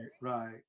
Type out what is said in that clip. right